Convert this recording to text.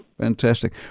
Fantastic